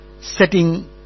setting